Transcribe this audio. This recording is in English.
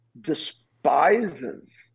despises